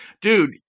dude